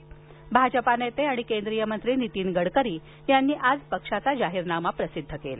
दरम्यान भाजपा नेते आणि केंद्रीय मंत्री नितीन गडकरी यांनी आज पक्षाचा जाहीरनामा प्रसिद्ध केला